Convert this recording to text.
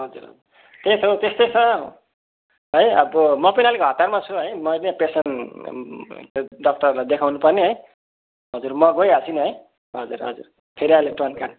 हजुर हजुर त्यही त त्यस्तै छ है अब म पनि अलिक हतारमा छु मैले पेसेन्ट डक्टरलाई देखाउनु पर्ने है हजुर म गइहाल्छु नि है हजुर हजुर फेरी अहिले ट्रन काट